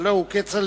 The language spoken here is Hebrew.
הלוא הוא כצל'ה.